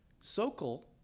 Sokol